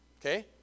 Okay